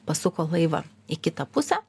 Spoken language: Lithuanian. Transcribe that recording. pasuko laivą į kitą pusę